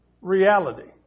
reality